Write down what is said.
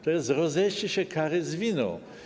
To jest rozejście się kary z winą.